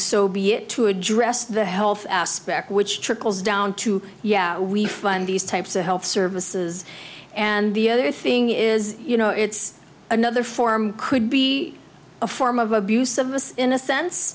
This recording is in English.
so be it to address the health aspect which trickles down to yeah we fund these types of health services and the other thing is you know it's another form could be a form of abuse of us in a sense